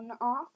off